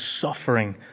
suffering